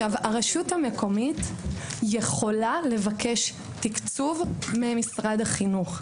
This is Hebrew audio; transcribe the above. הרשות המקומית יכולה לבקש תקצוב ממשרד החינוך,